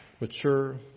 mature